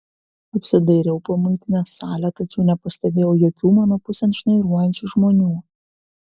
apsidairiau po muitinės salę tačiau nepastebėjau jokių mano pusėn šnairuojančių žmonių